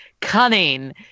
cunning